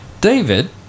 David